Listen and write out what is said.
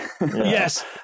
Yes